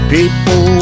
People